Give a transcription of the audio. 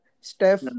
Steph